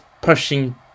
pushing